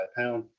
pound